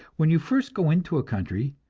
when you first go into a country,